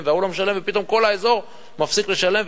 וההוא לא משלם ופתאום כל האזור מפסיק לשלם,